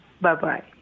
Bye-bye